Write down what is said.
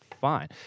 fine